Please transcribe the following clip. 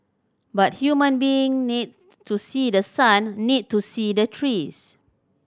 but human being need to see the sun need to see the trees